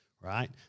right